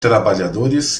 trabalhadores